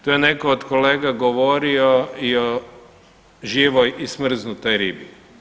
Tu je netko od kolega govorio i o živoj i o smrznutoj ribi.